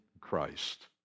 Christ